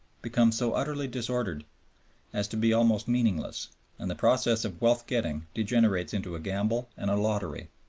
become so utterly disordered as to be almost meaningless and the process of wealth-getting degenerates into a gamble and a lottery.